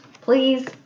please